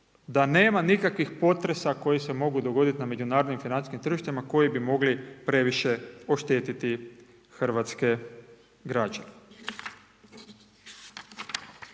da nema nikakvih potresa koji se mogu dogoditi na međunarodnim financijskih tržištima koji bi mogli previše oštetiti hrvatske građane.